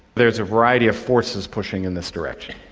there's a variety of forces pushing in this direction.